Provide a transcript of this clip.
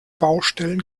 baustellen